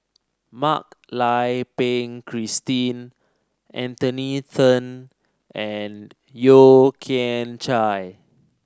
Mak Lai Peng Christine Anthony Then and Yeo Kian Chai